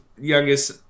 youngest